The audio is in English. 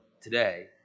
today